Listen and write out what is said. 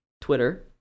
Twitter